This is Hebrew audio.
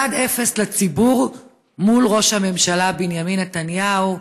0:1 לציבור מול ראש הממשלה בנימין נתניהו.